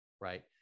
right